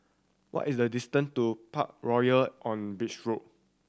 what is the distance to Parkroyal on Beach Road